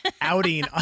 outing